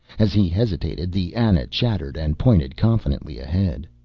as he hesitated, the ana chattered and pointed confidently ahead.